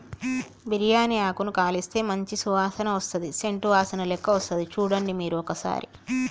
బిరియాని ఆకును కాలిస్తే మంచి సువాసన వస్తది సేంట్ వాసనలేక్క వస్తది చుడండి మీరు ఒక్కసారి